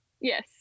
Yes